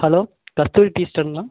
hello Kasturi tea ஸ்டாலுங்களா